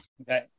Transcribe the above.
okay